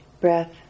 breath